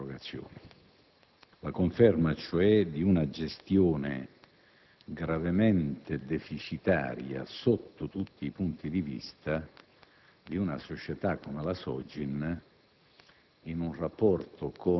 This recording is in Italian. nelle interrogazioni. Si tratta della conferma, cioè, di una gestione gravemente deficitaria, sotto tutti i punti di vista, di una società come la SOGIN